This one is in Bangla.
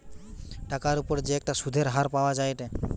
টাকার উপর যে একটা সুধের হার পাওয়া যায়েটে